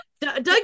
Doug